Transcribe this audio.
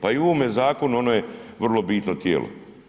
Pa i u ovome zakonu ono je vrlo bitno tijelo.